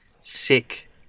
Sick